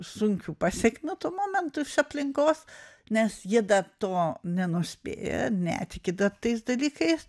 sunkių pasekmių tuo momentu iš aplinkos nes jie dar to nenuspėja netiki dar tais dalykais